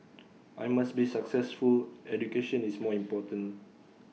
I must be successful education is more important